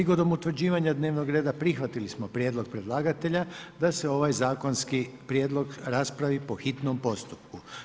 Prigodom utvrđivanja dnevnog reda prihvatili smo prijedlog predlagatelja da se ovaj zakonski prijedlog raspravi po hitnom postupku.